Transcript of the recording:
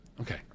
Okay